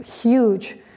huge